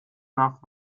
nach